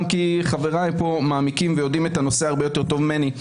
כי חבריי כאן מעמיקים ויודעים את הנושא הרבה יותר טוב ממני.